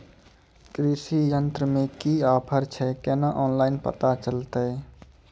कृषि यंत्र मे की ऑफर छै केना ऑनलाइन पता चलतै?